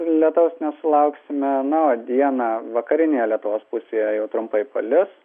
lietaus nesulauksime na o dieną vakarinėje lietuvos pusėje jau trumpai palis